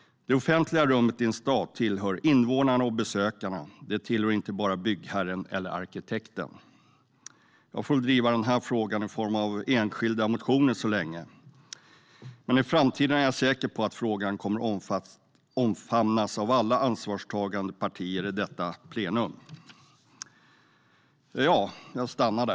Det offentliga rummet i en stad tillhör invånarna och besökarna, inte bara byggherren eller arkitekten. Jag får väl driva denna fråga i form av enskilda motioner så länge, men i framtiden är jag säker på att frågan kommer att omfamnas av alla ansvarstagande partier i denna kammare.